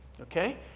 Okay